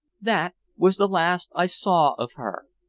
that was the last i saw of her.